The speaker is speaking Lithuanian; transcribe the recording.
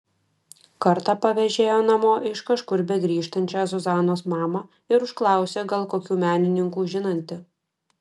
kartą pavežėjo namo iš kažkur begrįžtančią zuzanos mamą ir užklausė gal kokių menininkų žinanti